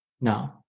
no